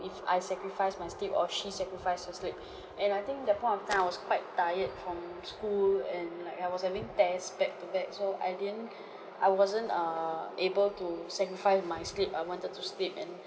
if I sacrifice my sleep or she sacrifice her sleep and I think that point of time I was quite tired from school and like I was having tests back to back so I didn't I wasn't err able to sacrifice my sleep I wanted to sleep and